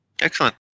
Excellent